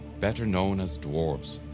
better known as dwarfs.